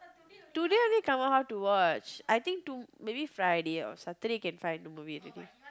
today haven't come out how to watch I think to maybe Friday or Saturday can find the movie already